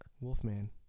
Wolfman